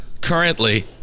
currently